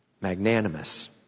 Magnanimous